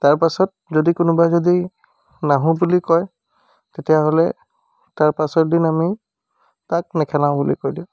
তাৰপাছত যদি কোনোবাই যদি নাহোঁ বুলি কয় তেতিয়াহ'লে তাৰ পাছৰ দিন আমি তাক নেখেলাওঁ বুলি কৈ দিওঁ